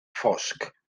fosc